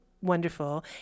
wonderful